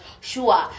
sure